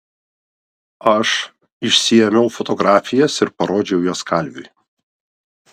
aš išsiėmiau fotografijas ir parodžiau jas kalviui